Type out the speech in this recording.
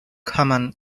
common